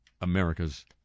America's